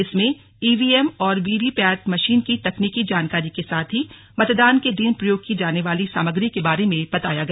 इसमें ईवीएम और VVPAT machine की तकनीकी जानकारी के साथ ही मतदान के दिन प्रयोग की जाने वाली सामग्री के बारे में बताया गया